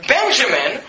Benjamin